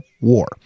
war